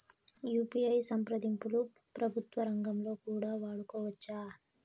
UPI సంప్రదింపులు ప్రభుత్వ రంగంలో కూడా వాడుకోవచ్చా?